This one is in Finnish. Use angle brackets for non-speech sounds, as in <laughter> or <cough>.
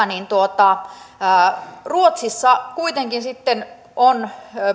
<unintelligible> niin ruotsissa kuitenkin sitten on